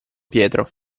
pietro